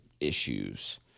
issues